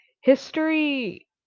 history